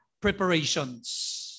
preparations